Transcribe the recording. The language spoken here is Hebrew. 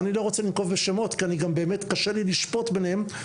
ואני לא רוצה לנקוב בשמות כי גם באמת קשה לי לשפוט ביניהם.